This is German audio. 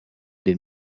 den